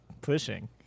pushing